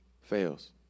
fails